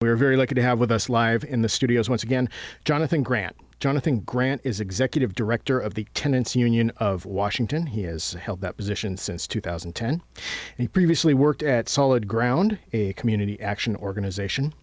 we are very lucky to have with us live in the studios once again jonathan grant jonathan grant is executive director of the tenants union of washington he has held that position since two thousand and ten and he previously worked at solid ground a community action organization